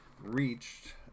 reached